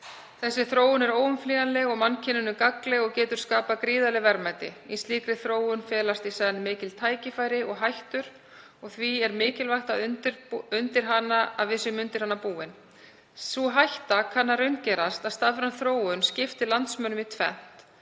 Þessi þróun er óumflýjanleg og mannkyninu gagnleg og getur skapað gríðarleg verðmæti. Í slíkri þróun felast í senn mikil tækifæri og hættur og því er gífurlega mikilvægt að við séum búin undir hana. Sú hætta kann að raungerast að stafræn þróun skipti landsmönnum í tvennt,